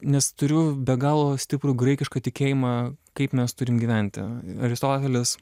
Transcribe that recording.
nes turiu be galo stiprų graikišką tikėjimą kaip mes turim gyventi aristotelis